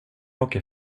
åker